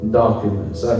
documents